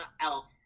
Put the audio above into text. else